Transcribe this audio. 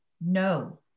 No